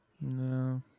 no